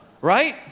right